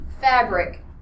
fabric